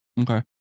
Okay